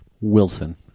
Wilson